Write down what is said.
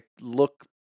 look